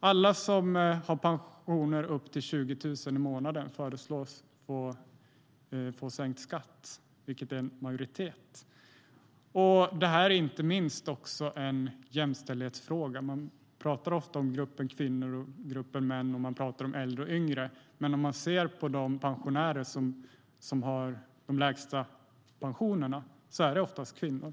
Alla med pension upp till 20 000 kronor i månaden föreslås få sänkt skatt, vilket är en majoritet. Inte minst är det också en jämställdhetsfråga. Man talar ofta om gruppen kvinnor och om gruppen män, och man talar om äldre och yngre. Om vi tittar på de pensionärer som har de lägsta pensionerna ser vi att de oftast är kvinnor.